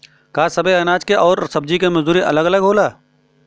का सबे अनाज के अउर सब्ज़ी के मजदूरी अलग अलग होला?